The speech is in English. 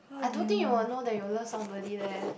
I don't think you will know that your love somebody leh